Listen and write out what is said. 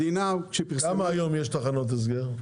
כמה היום יש תחנות הסגר?